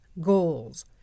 goals